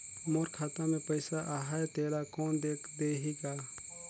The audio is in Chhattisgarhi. मोर खाता मे पइसा आहाय तेला कोन देख देही गा?